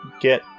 get